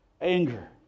anger